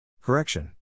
Correction